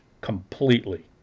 completely